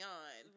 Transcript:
on